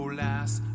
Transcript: last